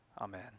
amen